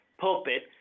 pulpit